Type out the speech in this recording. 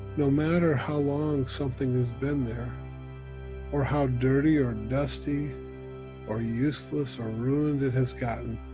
no matter how long something has been there or how dirty or dusty or useless or ruined it has gotten,